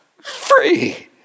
free